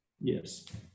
Yes